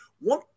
one